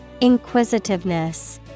Inquisitiveness